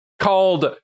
called